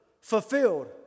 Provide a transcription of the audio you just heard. fulfilled